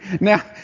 Now